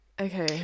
okay